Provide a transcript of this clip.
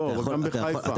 לא רק, גם בחיפה.